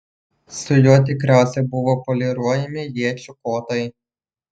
su juo tikriausiai buvo poliruojami iečių kotai